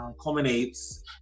culminates